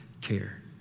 care